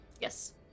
Yes